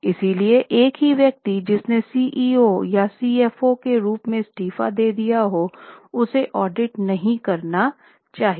इसलिए एक ही व्यक्ति जिसने सीईओ या सीएफओ रूप में इस्तीफा दे दिया है उसे ऑडिट नहीं करना चाहिए